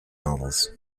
novels